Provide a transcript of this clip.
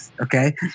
Okay